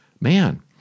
man